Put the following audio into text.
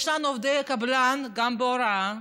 יש לנו עובדי קבלן גם בהוראה,